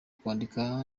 kwandika